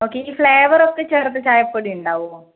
okay ഈ flavour ഒക്കെ ചേർത്ത് ചായപൊടി ഉണ്ടാവുമോ